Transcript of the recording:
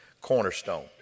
cornerstone